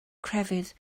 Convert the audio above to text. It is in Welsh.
crefydd